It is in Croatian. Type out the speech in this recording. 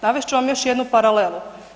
Navest ću vam još jednu paralelu.